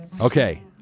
Okay